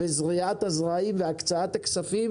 זריעת הזרעים והקצאת הכספים,